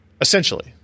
Essentially